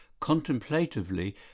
contemplatively